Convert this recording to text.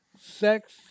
sex